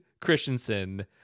Christensen